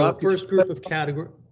but first group of category,